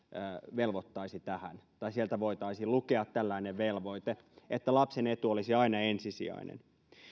velvoittaisi tähän tai sieltä voitaisiin lukea tällainen velvoite että lapsen etu olisi aina ensisijainen